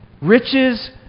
riches